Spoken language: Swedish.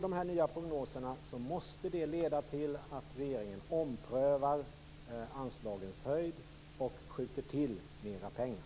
De nya prognoserna måste därför leda till att regeringen omprövar anslagens storlek och skjuter till mer pengar.